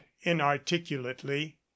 inarticulately